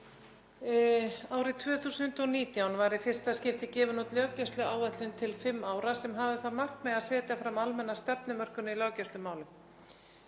Árið 2019 var í fyrsta skipti gefin út löggæsluáætlun til fimm ára sem hafði það markmið að setja fram almenna stefnumörkun í löggæslumálum.